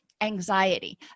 anxiety